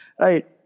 right